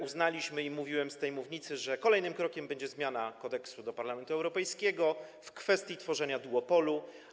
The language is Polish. Uznaliśmy, mówiłem o tym z tej mównicy, że kolejnym krokiem będzie zmiana kodeksu do Parlamentu Europejskiego w kwestii tworzenia duopolu.